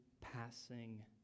passing